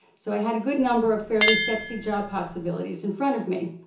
so i had a good number of fairly sexy job possibilities in front of me.